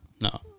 No